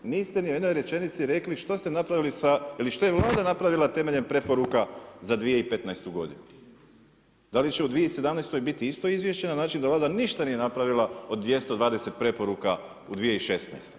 Niste ni u jednoj rečenici rekli što ste napravili sa ili što je Vlada napravila temeljem preporuka za 2015. godinu, da li će u 2017. biti isto izvješće na način da Vlada ništa nije napravila od 220 preporuka u 2016.